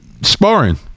sparring